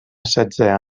setze